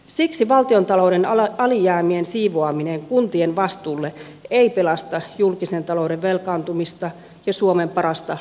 siksi valtiontalouden alijäämien siivoaminen kuntien vastuulle ei pelasta julkisen talouden velkaantumista ja suomen parasta luottoluokitusta